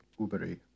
uberi